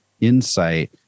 insight